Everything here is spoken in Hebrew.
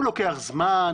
הוא לוקח זמן,